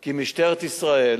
כי משטרת ישראל